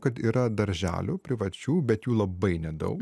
kad yra darželių privačių bet jų labai nedaug